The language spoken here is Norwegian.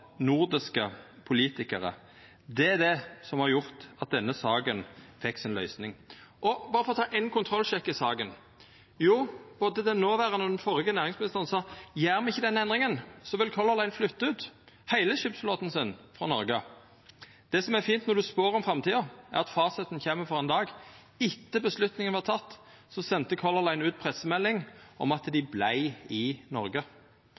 nordiske politikarar. Det er det som har gjort at denne saka fekk ei løysing. Berre for å ta ein kontrollsjekk i saka: Både den noverande og den førre næringsministeren sa at gjer vi ikkje den endringa, vil Color Line flytta ut heile skipsflåten sin frå Noreg. Det som er fint når ein spår om framtida, er at fasiten kjem for ein dag. Etter at avgjerda var teken, sende Color Line ut ei pressemelding om at dei vert verande i Noreg.